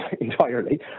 entirely